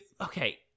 okay